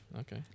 Okay